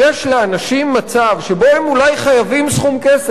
לאנשים מצב שבו הם אולי חייבים סכום כסף,